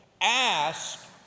ask